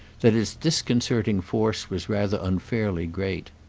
that its disconcerting force was rather unfairly great.